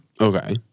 Okay